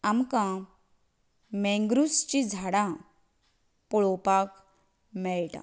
आमकां मॅंग्रूवसचीं झाडां पळोवपाक मेळटा